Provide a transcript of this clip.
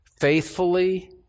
faithfully